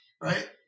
right